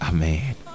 Amen